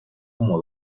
como